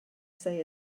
say